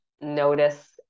notice